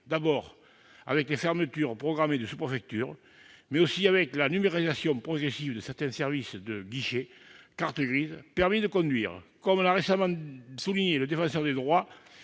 années, avec les fermetures programmées de sous-préfectures, mais aussi avec la numérisation progressive de certains services de guichet- cartes grises, permis de conduire ... Comme l'a récemment souligné le Défenseur des droits-